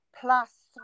plus